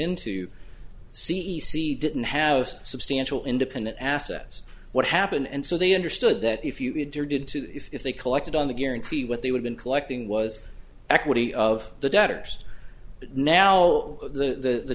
into c e c didn't have substantial independent assets what happen and so they understood that if you did too if they collected on the guarantee what they would been collecting was equity of the debtors but now the